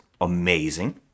amazing